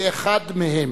כאחד מהם."